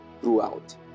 throughout